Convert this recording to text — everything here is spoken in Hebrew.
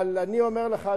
אני אומר לך,